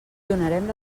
donarem